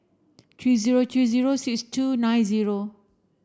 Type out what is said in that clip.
three zero three zero six two nine zero